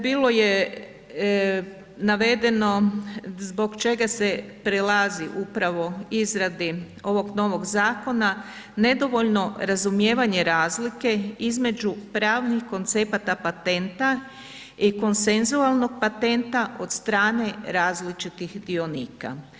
Bilo je navedeno zbog čega se prelazi upravo izradi ovog novog zakona nedovoljno razumijevanje razlike između pravnih koncepata patenta i konsenzualnog patenta od strane različitih dionika.